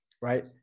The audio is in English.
right